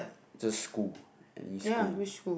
just school any school